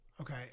Okay